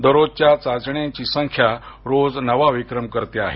दररोजच्या चाचण्यांची संख्या रोज नवा विक्रम करते आहे